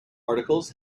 articles